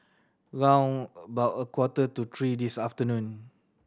round about a quarter to three this afternoon